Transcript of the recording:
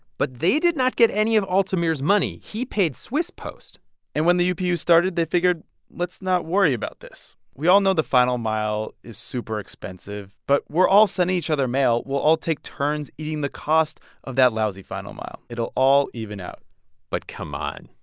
but they did not get any of altamir's money. he paid swiss post and when the upu started, they figured let's not worry about this. we all know the final mile is super expensive, but we're all sending each other mail. we'll all take turns eating the cost of that lousy final mile. it'll all even out but come on.